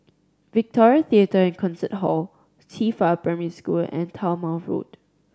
Victoria Theatre and Concert Hall Qifa Primary School and Talma Road